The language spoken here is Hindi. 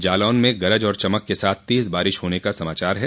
जालौन में गरज और चमक के साथ तेज बारिश होने का समाचार है